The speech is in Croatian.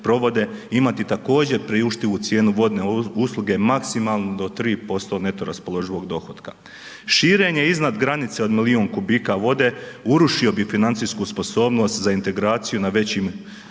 imati također priuštivu cijenu vodne usluge, maksimalno do 3% neto raspoloživog dohotka. Širenje iznad granice od milion kubika vode urušio bi financijsku sposobnost za integraciju na većim